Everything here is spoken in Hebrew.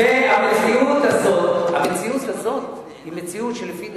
המציאות הזאת היא מציאות שלפי דעתי,